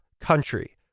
Country